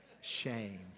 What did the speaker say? shame